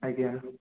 ଆଜ୍ଞା